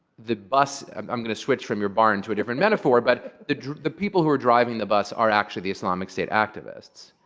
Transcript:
the bus i'm going to switch from your barn to a different metaphor. but the the people who are driving the bus are actually the islamic state activists.